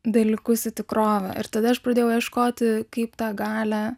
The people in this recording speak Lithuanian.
dalykus į tikrovę ir tada aš pradėjau ieškoti kaip tą galią